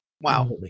wow